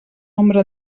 nombre